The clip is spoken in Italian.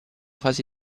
fase